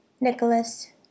Nicholas